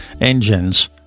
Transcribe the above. Engines